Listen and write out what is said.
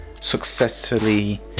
successfully